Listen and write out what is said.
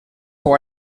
pour